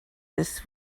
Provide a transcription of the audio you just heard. this